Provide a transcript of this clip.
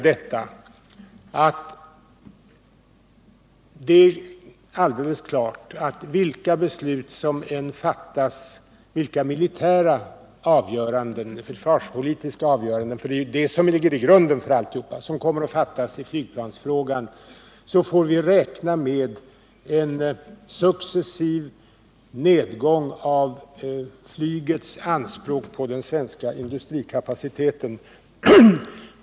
Det är alldeles klart att vilka militära och försvarspolitiska beslut — det är ju de som är grunden för allt — som än fattas i flygplansfrågan, får vi räkna med en successiv nedgång av flygets anspråk på den svenska industrikapaciteten.